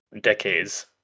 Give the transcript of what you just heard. decades